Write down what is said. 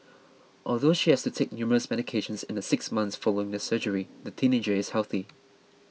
although she has to take numerous medications in the six months following the surgery the teenager is healthy